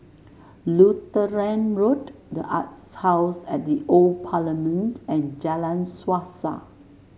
Lutheran Road the Arts House at The Old Parliament and Jalan Suasa